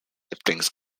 things